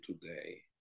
today